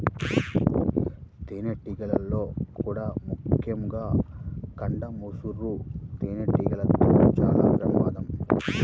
తేనెటీగల్లో కూడా ముఖ్యంగా కొండ ముసురు తేనెటీగలతో చాలా ప్రమాదం